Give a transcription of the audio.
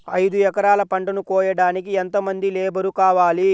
ఐదు ఎకరాల పంటను కోయడానికి యెంత మంది లేబరు కావాలి?